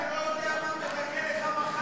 חכה, אתה לא יודע מה מחכה לך מחר.